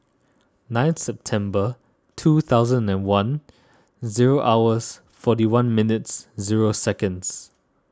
nine September two thousand and one zero hours forty one minutes zero seconds